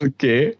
Okay